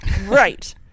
Right